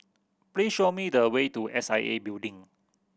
please show me the way to S I A Building